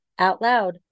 OUTLOUD